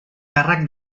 càrrec